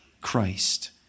Christ